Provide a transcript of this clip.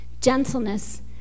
gentleness